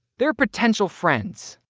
they're potential friends.